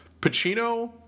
Pacino